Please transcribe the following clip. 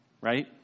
Right